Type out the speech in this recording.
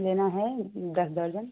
लेना है दस दर्जन